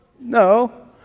No